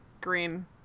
green